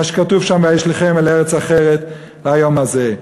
מה שכתוב שם "וישלכם אל ארץ אחרת כיום הזה".